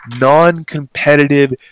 non-competitive